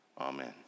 Amen